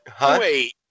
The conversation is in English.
wait